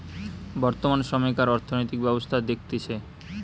বর্তমান সময়কার অর্থনৈতিক ব্যবস্থা দেখতেছে